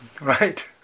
right